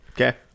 okay